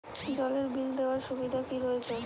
জলের বিল দেওয়ার সুবিধা কি রয়েছে?